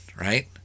right